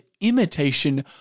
imitation